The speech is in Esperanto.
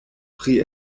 pri